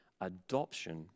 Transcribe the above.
adoption